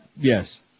Yes